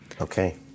Okay